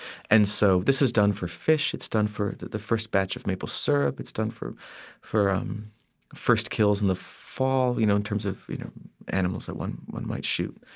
and so this is done for fish, it's done for the first batch of maple syrup, it's done for for um first kills in the fall, you know, in terms of you know animals that one one might shoot,